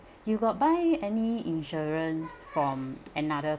you got buy any insurance from another